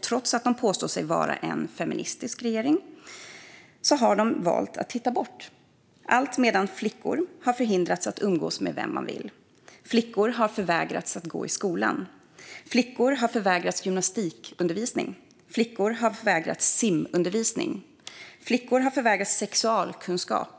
Trots att man påstår sig vara en feministisk regering har man valt att titta bort, alltmedan flickor har förhindrats att umgås med vilka de vill. Flickor har förvägrats att gå i skolan. Flickor har förvägrats gymnastikundervisning. Flickor har förvägrats simundervisning. Flickor har förvägrats sexualkunskap.